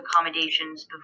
accommodations